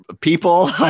people